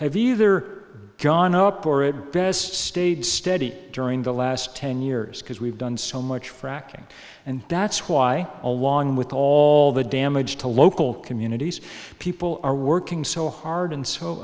have either gone up or it best stayed steady during the last ten years because we've done so much fracking and that's why along with all the damage to local communities people are working so hard and so